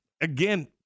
again